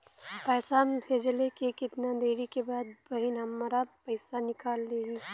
पैसा भेजले के कितना देरी के बाद बहिन हमार पैसा निकाल लिहे?